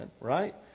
right